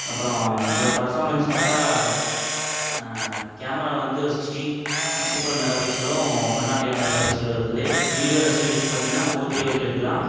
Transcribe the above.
அப்புறம் இந்த ஒரு பர்ஃபார்மென்ஸ் பார்த்தா கேமரா வந்து ஒரு சிக்ஸ்டி சிக்ஸ்டி ஃபோர் மெகா பிக்சலும் ஒன்னாட் எயிட் மெகா பிக்சலும் இருக்குது வீடியோ ரெசெலூஷன் பார்த்தீங்கன்னா ஃபோர் கே வரைக்கும் எடுக்கலாம்